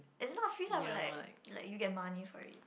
it's not free lah but like like you get money for it